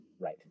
right